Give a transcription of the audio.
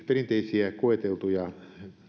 perinteisiä koeteltuja